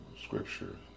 scripture